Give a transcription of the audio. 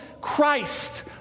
Christ